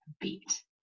beat